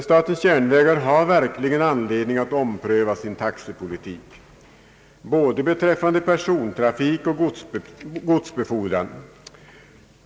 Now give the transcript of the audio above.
Statens järnvägar har verkligen anledning att ompröva sin taxepolitik både beträffande persontrafik och godsbefordran.